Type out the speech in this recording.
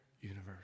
universe